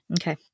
okay